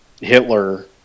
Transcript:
Hitler